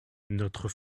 notre